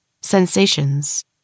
sensations